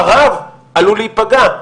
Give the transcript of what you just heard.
הרב עלול להיפגע,